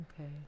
Okay